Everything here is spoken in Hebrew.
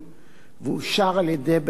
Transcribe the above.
ואושר על-ידי בית-המשפט,